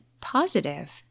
positive